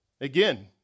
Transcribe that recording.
Again